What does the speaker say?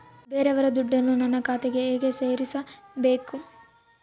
ಬೇರೆಯವರ ದುಡ್ಡನ್ನು ನನ್ನ ಖಾತೆಗೆ ಹೇಗೆ ಸೇರಿಸಬೇಕು?